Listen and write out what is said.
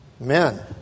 Amen